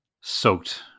soaked